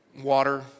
water